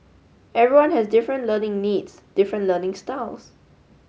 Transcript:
everyone has different learning needs different learning styles